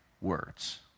words